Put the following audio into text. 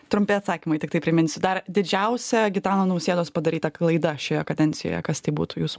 trumpi atsakymai tiktai priminsiu dar didžiausia gitano nausėdos padaryta klaida šioje kadencijoje kas tai būtų jūsų